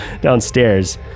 Downstairs